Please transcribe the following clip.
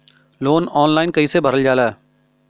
Loan online कइसे भरल जाला?